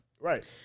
Right